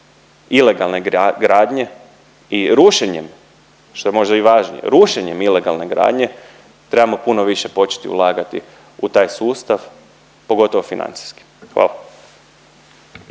ilegalne gradnje i rušenjem što je možda i važnije, rušenjem ilegalne gradnje trebamo puno više početi ulagati u taj sustav pogotovo financijski. Hvala.